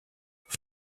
auf